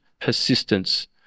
persistence